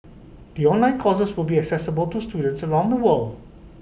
the online courses will be accessible to students around the world